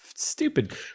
stupid